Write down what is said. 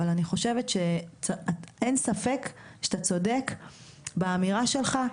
אבל אני חושבת שאין ספק שאתה צודק באמירה שלך.